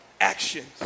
actions